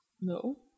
No